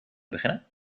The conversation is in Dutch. beginnen